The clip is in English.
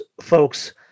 folks